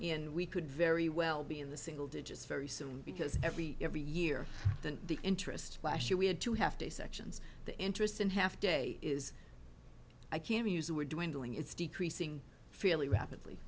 and we could very well be in the single digits very soon because every every year than the interest last year we had to have two sections the interest in half day is i can use a we're doing doing is decreasing fairly rapidly